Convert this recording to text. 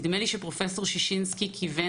נדמה לי שפרופ' ששינסקי כיוון